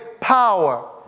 power